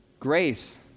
Grace